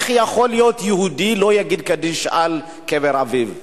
איך יכול להיות שיהודי לא יגיד קדיש על קבר אביו,